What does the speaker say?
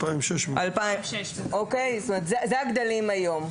2,600. זה הגודל היום.